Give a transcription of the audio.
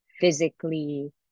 physically